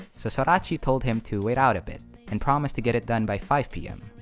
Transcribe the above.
so sorachi told him to wait out a bit and promised to get it done by five pm.